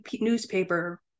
newspaper